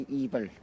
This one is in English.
evil